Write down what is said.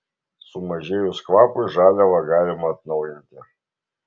sumažėjus kvapui žaliavą galima atnaujinti